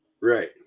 right